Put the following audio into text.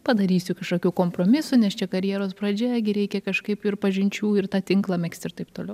padarysiu kažkokių kompromisų nes čia karjeros pradžia gi reikia kažkaip ir pažinčių ir tą tinklą megzti ir taip toliau